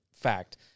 fact